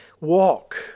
walk